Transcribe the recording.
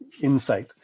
insight